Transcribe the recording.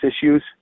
issues